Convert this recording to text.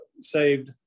saved